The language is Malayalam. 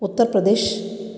ഉത്തര്പ്രദേശ്